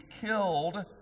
killed